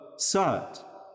Sat